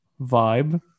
vibe